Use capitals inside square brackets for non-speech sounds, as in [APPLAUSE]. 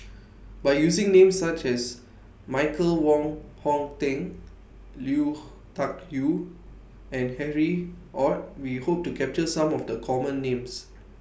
[NOISE] By using Names such as Michael Wong Hong Teng Lui [NOISE] Tuck Yew and Harry ORD We Hope to capture Some of The Common Names